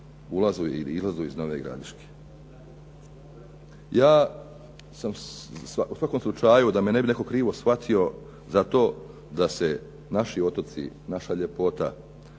ulazu ili izlazu iz Nove Gradiške. Ja sam u svakom slučaju da me ne bi netko krivo shvatio za to da se naši otoci, naša ljepota,